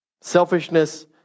Selfishness